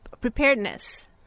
preparedness